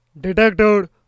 detector